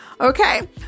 okay